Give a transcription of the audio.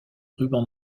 rubans